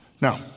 Now